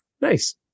Nice